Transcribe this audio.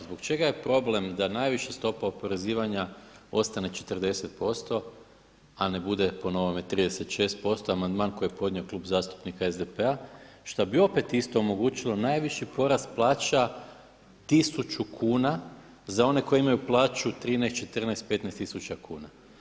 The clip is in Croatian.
Zbog čega je problem da najviša stopa oporezivanja ostane 40% a ne bude po novome 36%, amandman koji je podnio Klub zastupnika SDP-a što bi opet isto omogućilo najviši porast plaća 1000 kuna za one koje imaju plaću 13, 14, 15 tisuća kuna.